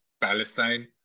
Palestine